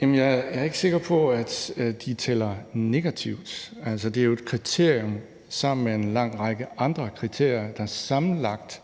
jeg er ikke sikker på, at de tæller negativt. Det jo et kriterium sammen med en lang række andre kriterier, der sammenlagt